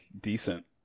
decent